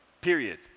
period